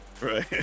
Right